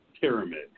pyramid